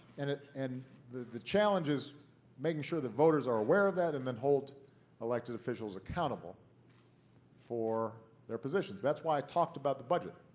and and the the challenge is making sure that voters are aware of that and then hold elected officials accountable for their positions. that's why i talked about the budget.